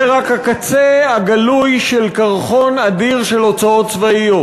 זה רק הקצה הגלוי של קרחון אדיר של הוצאות צבאיות.